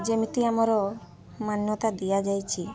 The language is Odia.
ଯେମିତି ଆମର ମାନ୍ୟତା ଦିଆଯାଇଛି